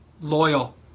loyal